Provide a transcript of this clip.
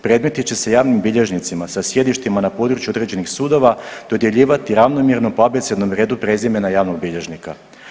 Predmeti će se javnim bilježnicima sa sjedištima na području određenih sudova dodjeljivati ravnomjerno po abecednom redu prezimena javnog bilježnika.